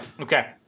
Okay